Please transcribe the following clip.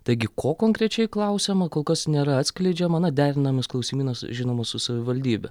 taigi ko konkrečiai klausiama kol kas nėra atskleidžiama na derinamas klausimynas žinomu su savivaldybe